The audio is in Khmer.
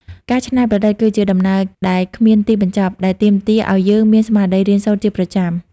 ការច្នៃប្រឌិតគឺជាដំណើរដែលគ្មានទីបញ្ចប់ ដែលទាមទារឱ្យយើងមានស្មារតីរៀនសូត្រជាប្រចាំ។